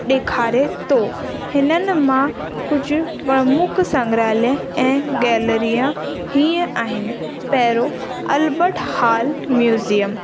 ॾेखारे थो हिननि मां कुझु प्रमुख संघ्रालय ऐं गैलरीअ हीअं आहिनि पहिरियों अलबट हॉल म्यूज़ियम